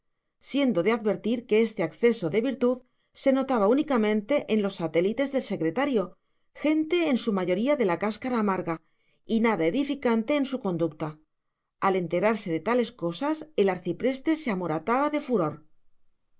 siendo de advertir que este acceso de virtud se notaba únicamente en los satélites del secretario gente en su mayoría de la cáscara amarga y nada edificante en su conducta al enterarse de tales cosas el arcipreste se amorataba de furor